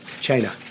China